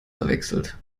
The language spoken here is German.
verwechselt